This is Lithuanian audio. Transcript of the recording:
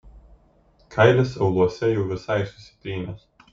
kailis auluose jau visai susitrynęs